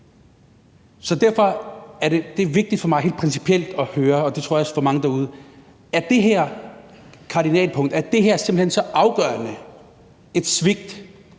mandater. Det er vigtigt for mig helt principielt at høre, og det tror jeg også det er for mange derude, om det her er et kardinalpunkt og simpelt hen så afgørende et svigt